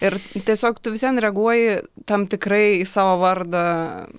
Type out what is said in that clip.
ir tiesiog tu vis vien reaguoji tam tikrai į savo vardą